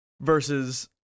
Versus